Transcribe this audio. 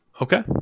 Okay